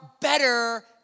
better